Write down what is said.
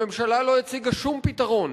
הממשלה לא הציגה שום פתרון